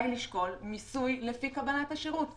לשקול מיסוי לפי קבלת השירות.